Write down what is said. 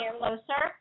closer